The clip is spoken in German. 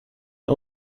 den